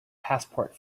passport